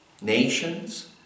nations